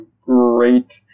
great